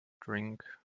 drink